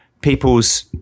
people's